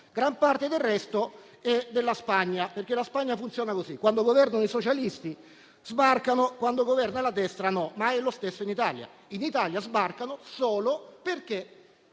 gran parte del resto è della Spagna. In Spagna funziona così: quando governano i socialisti sbarcano, quando governa la destra no e lo stesso avviene in Italia. In Italia sbarcano solo perché